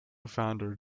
founder